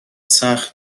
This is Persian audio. سخت